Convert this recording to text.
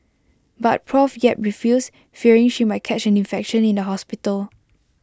but Prof yap refused fearing she might catch an infection in the hospital